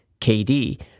KD